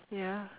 ya